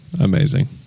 amazing